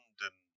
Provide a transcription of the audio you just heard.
london